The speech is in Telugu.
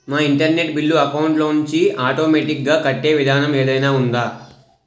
నా ఇంటర్నెట్ బిల్లు అకౌంట్ లోంచి ఆటోమేటిక్ గా కట్టే విధానం ఏదైనా ఉందా?